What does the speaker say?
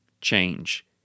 change